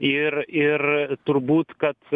ir ir turbūt kad